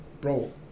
bro